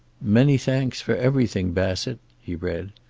many thanks for everything, bassett, he read.